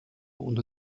und